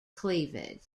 cleavage